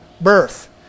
birth